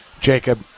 jacob